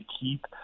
keep